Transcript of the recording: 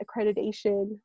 Accreditation